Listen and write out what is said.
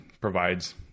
provides